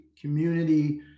community